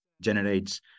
generates